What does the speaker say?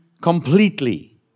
completely